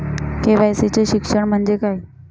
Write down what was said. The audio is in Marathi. के.वाय.सी चे शिक्षण म्हणजे काय?